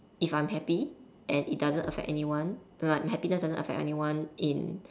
if I'm happy and it doesn't affect anyone like my happiness doesn't affect anyone in